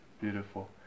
beautiful